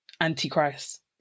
anti-Christ